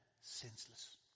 senseless